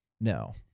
No